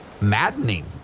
maddening